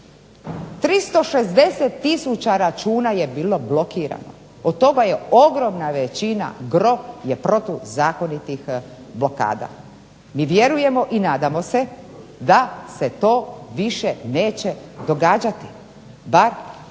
360 tisuća računa je bilo blokirano od toga je ogromna većina, gro je protuzakonitih blokada. Mi vjerujemo i nadamo se da se to više neće događati